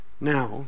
Now